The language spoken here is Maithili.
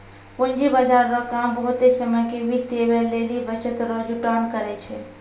पूंजी बाजार रो काम बहुते समय के वित्त देवै लेली बचत रो जुटान करै छै